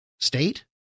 state